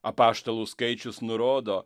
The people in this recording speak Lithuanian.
apaštalų skaičius nurodo